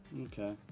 Okay